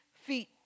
feet